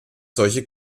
solche